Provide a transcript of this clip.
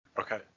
Okay